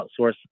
outsource